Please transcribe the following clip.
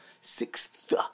Sixth